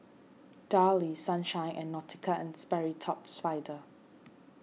Darlie Sunshine and Nautica and Sperry Top Sider